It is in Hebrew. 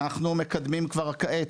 אנחנו מקדמים כבר כעת,